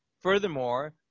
Furthermore